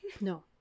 no